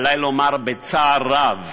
עלי לומר בצער רב